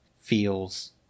feels